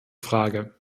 frage